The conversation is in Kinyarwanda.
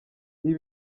ibi